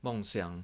梦想